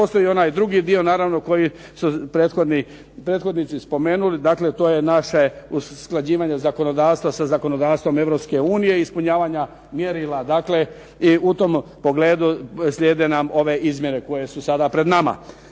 Postoji i onaj drugi dio naravno koji su prethodnici spomenuli to je naše usklađivanje zakonodavstva sa zakonodavstvom Europske unije, ispunjavanje mjerila. Dakle i u tom pogledu slijede nam ove izmjene koje su sada pred nama.